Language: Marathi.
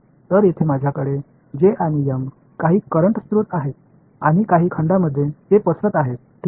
तर येथे माझ्याकडे J आणि M काही करंट स्त्रोत आहेत आणि काही खंडांमध्ये ते पसरत आहेत ठीक आहे